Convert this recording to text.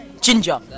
Ginger